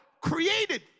created